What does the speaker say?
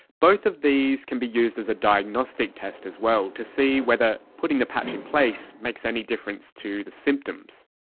both of these can be used as a diagnostic test as well to see whether putting the patch in place makes any difference to the symptoms.